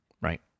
right